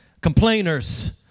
complainers